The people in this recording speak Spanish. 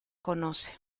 conoce